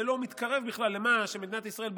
זה לא מתקרב בכלל לעודפי הגבייה של מדינת ישראל,